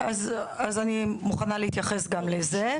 אני מוכנה להתייחס גם לזה.